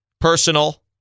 personal